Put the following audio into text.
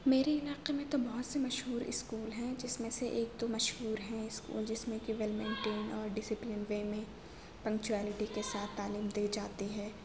میرے علاقے میں تو بہت سے مشہور اسکول ہیں جس میں سے ایک دو مشہور ہیں اس جس میں کہ ویل مینٹین اور ڈیسپلین وے میں پنکچوالٹی کے ساتھ تعلیم دی جاتی ہے